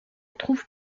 trouve